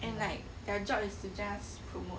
and like their job is just to promote